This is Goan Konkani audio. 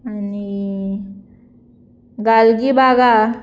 आनी गालजिबाग